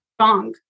strong